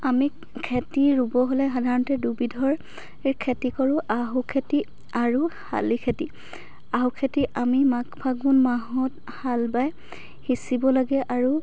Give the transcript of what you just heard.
আমি খেতি ৰুব হ'লে সাধাৰণতে দুবিধৰ খেতি কৰোঁ আহু খেতি আৰু শালি খেতি আহু খেতি আমি মাঘ ফাগুন মাহত হাল বাই সিঁচিব লাগে আৰু